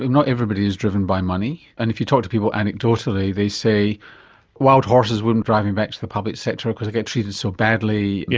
not everybody is driven by money, and if you talk to people anecdotally they say wild horses wouldn't drive me back to the public sector because i get treated so badly, yeah